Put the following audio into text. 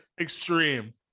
extreme